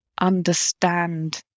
understand